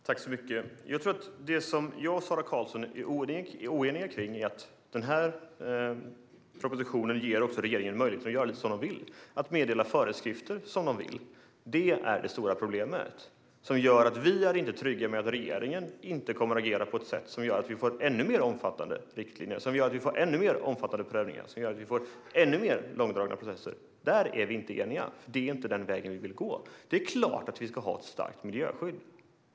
Fru talman! Jag tror att det som jag och Sara Karlsson är oeniga om är att denna proposition också ger regeringen möjlighet att göra lite som den vill - att meddela föreskrifter som den vill. Detta är det stora problemet, som gör att vi inte är trygga med att regeringen inte kommer att agera på ett sätt som gör att vi får ännu mer omfattande riktlinjer och prövningar och ännu mer långdragna processer. Där är vi inte eniga; det är inte den vägen vi vill gå. Det är klart att vi ska ha ett starkt miljöskydd.